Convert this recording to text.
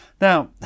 Now